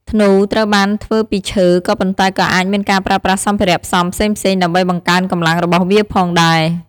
ធ្នូ ត្រូវបានធ្វើពីឈើ ក៏ប៉ុន្តែក៏អាចមានការប្រើប្រាស់សម្ភារៈផ្សំផ្សេងៗដើម្បីបង្កើនកម្លាំងរបស់វាផងដែរ។